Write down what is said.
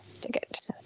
ticket